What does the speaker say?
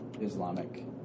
Islamic